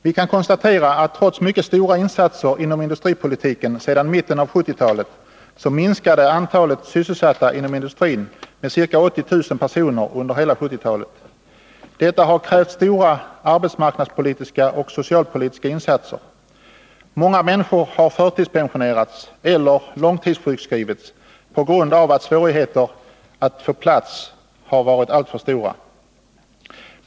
Vi kan konstatera att trots mycket stora insatser inom industripolitiken sedan mitten av 1970-talet minskade antalet sysselsatta inom industrin med ca 80 000 personer under hela 1970-talet. Detta har krävt stora arbetsmarknadspolitiska och socialpolitiska insatser. Många människor har förtidspensionerats eller långtidssjukskrivits på grund av att svårigheterna att få plats har varit alltför stora.